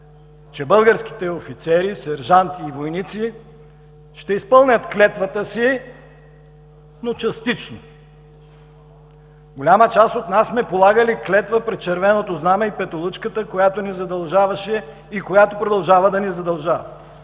че българските офицери, сержанти и войници ще изпълнят клетвата си, но частично. Голяма част от нас сме полагали клетва пред червеното знаме и петолъчката, която ни задължаваше и която продължава да ни задължава.